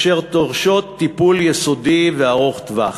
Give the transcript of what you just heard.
אשר דורשות טיפול יסודי וארוך טווח,